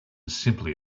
simply